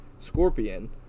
Scorpion